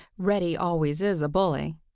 reddy always is a bully,